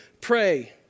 pray